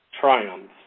triumphs